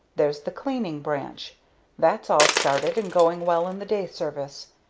there's the cleaning branch that's all started and going well in the day service.